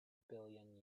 billion